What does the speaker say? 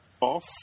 off